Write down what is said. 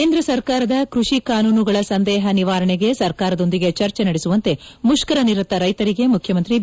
ಕೇಂದ್ರ ಸರ್ಕಾರದ ಕೃಷಿ ಕಾನೂನುಗಳ ಸಂದೇಹ ನಿವಾರಣೆಗೆ ಸರ್ಕಾರದೊಂದಿಗೆ ಚರ್ಚೆ ನಡೆಸುವಂತೆ ಮುಷ್ಕರ ನಿರತ ರೈತರಿಗೆ ಮುಖ್ಯಮಂತ್ರಿ ಬಿ